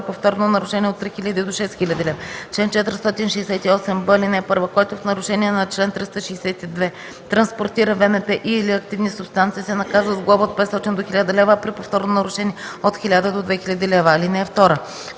повторно нарушение – от 3000 до 6000 лв. Чл. 468б. (1) Който в нарушение на чл. 362 транспортира ВМП и/или активни субстанции, се наказва с глоба от 500 до 1000 лв., а при повторно нарушение – от 1000 до 2000 лв. (2)